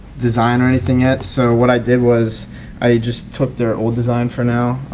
design or anything yet so what i did was i just took their old design for now.